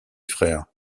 frère